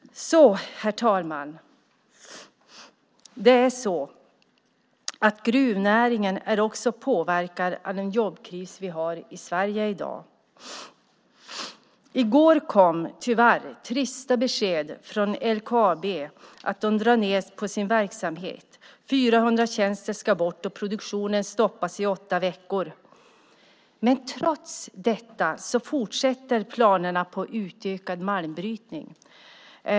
Herr talman! Gruvnäringen är också påverkad av den jobbkris vi har i Sverige i dag. I går kom tyvärr trista besked från LKAB att de drar ned på sin verksamhet. 400 tjänster ska bort, och produktionen stoppas i åtta veckor. Men trots detta fortsätter planerna på utökad malmbrytning.